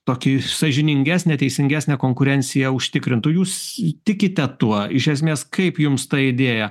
tokį sąžiningesnę teisingesnę konkurenciją užtikrintų jūs tikite tuo iš esmės kaip jums ta idėja